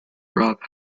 broth